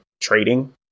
trading